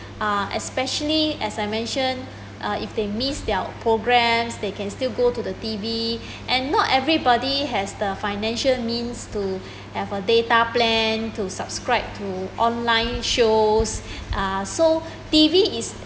uh especially as I mention uh if they miss their programs they can still go to the T_V and not everybody has the financial means to have a data plan to subscribe to online shows uh so T_V is